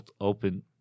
open